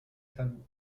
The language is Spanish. están